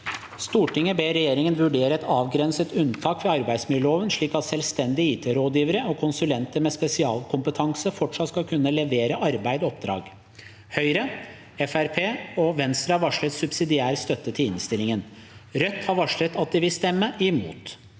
Stortinget ber regjeringen vurdere et avgrenset unntak fra arbeidsmiljøloven slik at selvstendige ITrådgivere og konsulenter med spesialkompetanse fortsatt skal kunne levere arbeid og oppdrag. Presidenten: Høyre, Fremskrittspartiet og Venstre har varslet subsidiær støtte til innstillingen. Rødt har varslet at de vil stemme imot.